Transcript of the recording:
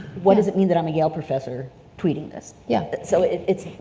what does it mean that i'm a yale professor tweeting this? yeah but so it's,